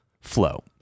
flow